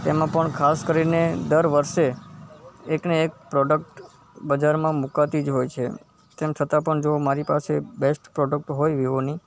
એમાં પણ ખાસ કરીને દર વર્ષે એક ને એક પ્રોડક્ટ બજારમાં મૂકાતી જ હોય છે તેમ છતાં પણ જો મારી પાસે બૅસ્ટ પ્રોડક્ટ હોય વિવો ની